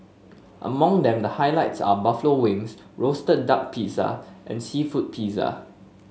among them the highlights are buffalo wings roasted duck pizza and seafood pizza